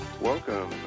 Welcome